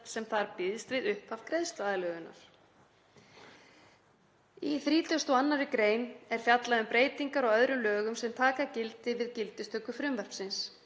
sem þar býðst við upphaf greiðsluaðlögunar. 2. Í 32. gr. er fjallað um breytingar á öðrum lögum sem taka í gildi við gildistöku frumvarpsins.